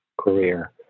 career